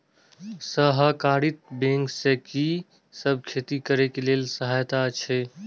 सहकारिता बैंक से कि सब खेती करे के लेल सहायता अछि?